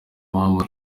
mpamvu